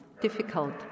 difficult